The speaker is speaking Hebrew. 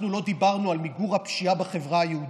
לא דיברנו על מיגור הפשיעה בחברה היהודית,